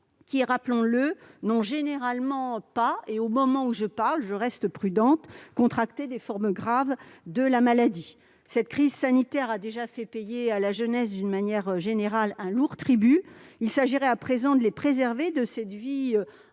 qui, rappelons-le, ne subissent généralement pas, au moment où je parle- je reste prudente -de formes graves de la maladie. Cette crise sanitaire a déjà fait payer à la jeunesse, d'une manière générale, un lourd tribut. Il s'agit à présent de la préserver de cette vie